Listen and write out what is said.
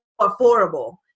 affordable